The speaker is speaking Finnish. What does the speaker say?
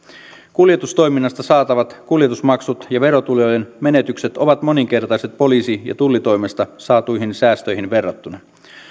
kuljetustoiminnasta saatavat kuljetusmaksut ja verotulojen menetykset ovat moninkertaiset poliisi ja tullitoimesta saatuihin säästöihin verrattuna